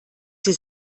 sie